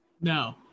No